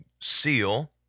seal